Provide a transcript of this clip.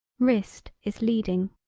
wrist is leading.